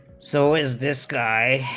so is this guy